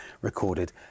recorded